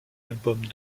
albums